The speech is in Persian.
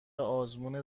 آزمون